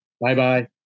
Bye-bye